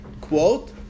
quote